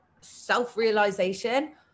self-realization